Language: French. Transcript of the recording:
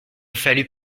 fallut